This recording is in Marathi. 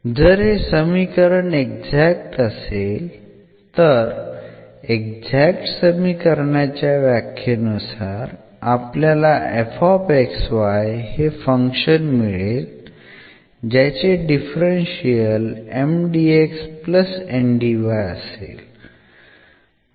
जर हे समीकरण एक्झॅक्ट असेल तर एक्झॅक्ट समीकरणाच्या व्याख्ये नुसार आपल्याला fxy हे फंक्शन मिळेल ज्याचे डिफरन्शियल असेल